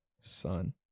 son